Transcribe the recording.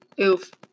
Oof